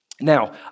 Now